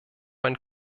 ein